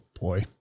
boy